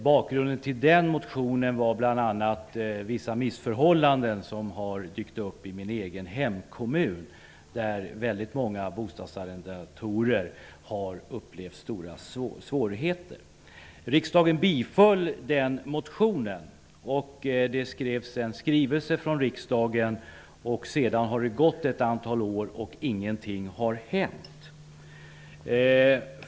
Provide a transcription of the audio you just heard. Bakgrunden till den motionen var bl.a. vissa missförhållanden som har dykt upp i min egen hemkommun, där väldigt många bostadsarrendatorer har upplevt stora svårigheter. Riksdagen biföll motionen, och det skrevs en skrivelse. Sedan har det gått ett antal år och ingenting har hänt.